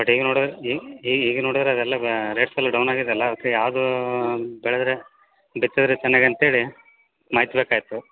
but ಈಗ ನೋಡದ್ರೆ ಈಗ ಈಗ ನೋಡಿದರೆ ಅದೆಲ್ಲ ರೇಟ್ಸ್ ಎಲ್ಲ ಡೌನ್ ಆಗಿದೆ ಅಲ್ಲ ಅದಕ್ಕೆ ಯಾವುದು ಬೆಳೆದ್ರೆ ಬಿತ್ತಿದ್ರೆ ಚೆನ್ನಾಗಿ ಅಂತೇಳಿ ಮಾಹಿತಿ ಬೇಕಾಗಿತ್ತು